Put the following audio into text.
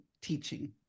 teaching